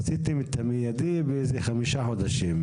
עשיתם את המיידי בתוך חמישה חודשים,